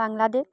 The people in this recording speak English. Bangladesh